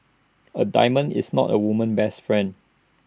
A diamond is not A woman's best friend